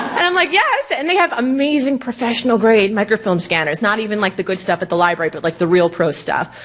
and i'm like yes and they have amazing professional grade microfilm scanners, not even like the good stuff at the library, but like the real pro stuff.